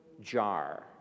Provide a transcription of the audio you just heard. jar